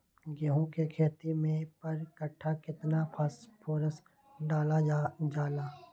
गेंहू के खेती में पर कट्ठा केतना फास्फोरस डाले जाला?